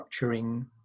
structuring